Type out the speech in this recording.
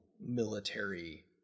military